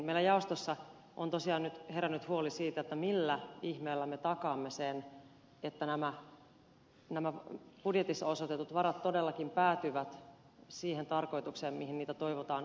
meillä jaostossa on tosiaan nyt herännyt huoli siitä millä ihmeellä me takaamme sen että nämä budjetissa osoitetut varat todellakin päätyvät siihen tarkoitukseen mihin niitä toivotaan osoitettavan